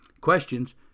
questions